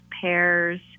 pears